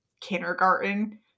kindergarten